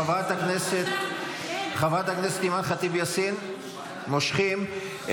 חברת הכנסת אימאן ח'טיב יאסין, מושכים.